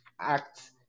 Acts